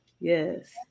Yes